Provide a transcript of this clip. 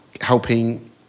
helping